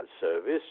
service